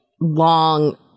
long